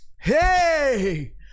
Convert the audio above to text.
Hey